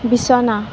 বিছনা